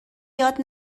یاد